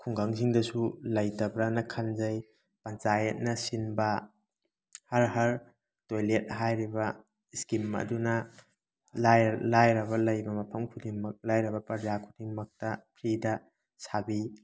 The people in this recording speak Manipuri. ꯈꯨꯡꯒꯪꯁꯤꯡꯗꯁꯨ ꯂꯩꯇꯕ꯭ꯔꯅ ꯈꯟꯖꯩ ꯄꯟꯆꯥꯌꯦꯠꯅ ꯁꯤꯟꯕ ꯍꯔ ꯍꯔ ꯇꯣꯏꯂꯦꯠ ꯍꯥꯏꯔꯤꯕ ꯁ꯭ꯀꯤꯝ ꯑꯗꯨꯅ ꯂꯥꯏꯔꯕ ꯂꯩꯕ ꯃꯐꯝ ꯈꯨꯗꯤꯡꯃꯛ ꯂꯥꯏꯔꯕ ꯄ꯭ꯔꯖꯥ ꯈꯨꯗꯤꯡꯃꯛꯇ ꯐ꯭ꯔꯤꯗ ꯁꯥꯕꯤ